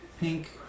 Pink